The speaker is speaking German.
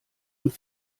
und